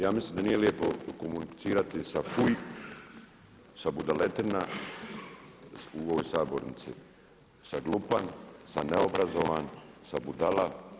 Ja mislim da nije lijepo komunicirati sa fuj, budaletina u ovoj sabornici, sa glupan, sa neobrazovan, s budala.